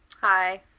hi